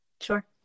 Sure